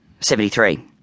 Seventy-three